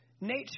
nature